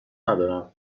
ندارم